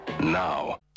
now